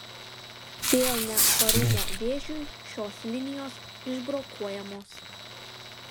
dėl neatsparumo vėžiui šios linijos išbrokuojamos